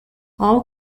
all